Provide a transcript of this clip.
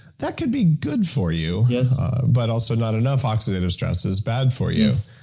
that could be good for you yes but also not enough oxidative stress is bad for you yes